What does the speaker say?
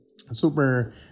Super